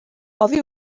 oddi